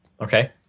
Okay